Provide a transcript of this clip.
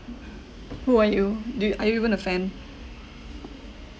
who are you do you are you even a fan